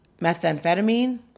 methamphetamine